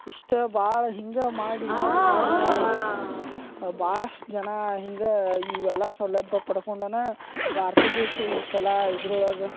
ಇಷ್ಟು ಭಾಳ ಹಿಂಗೆ ಮಾಡಿ ಮಾಡಿ ಮಾಡಿ ಮಾಡಿ ಭಾಳಷ್ಟು ಜನ ಹಿಂಗೆ ಇವೆಲ್ಲ ಸೌಲಭ್ಯ ಪಡ್ಕೊಂಡು ಭಾರತ ದೇಶ ಈ ಸಲ ಇದ್ರೊಳಗೆ